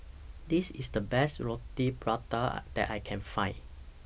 This IS The Best Roti Prata that I Can Find